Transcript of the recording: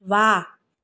वाह